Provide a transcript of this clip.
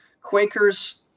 Quakers